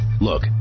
Look